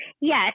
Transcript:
yes